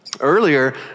Earlier